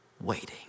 waiting